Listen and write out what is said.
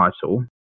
title